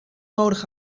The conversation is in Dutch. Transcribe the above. nodig